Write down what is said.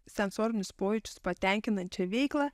sensorinius pojūčius patenkinančią veiklą